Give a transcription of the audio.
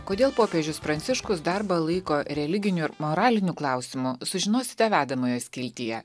kodėl popiežius pranciškus darbą laiko religiniu ir moraliniu klausimu sužinosite vedamojo skiltyje